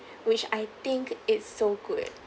which I think it's so good